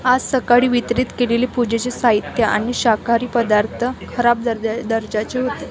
आज सकाळी वितरित केलेली पूजेचे साहित्य आणि शाकाहारी पदार्थ खराब दर्जा दर्जाचे होते